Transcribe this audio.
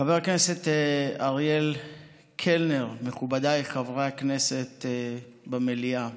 חבר הכנסת אריאל קלנר, מכובדיי חברי הכנסת במליאה,